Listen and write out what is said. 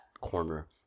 corner